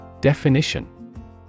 Definition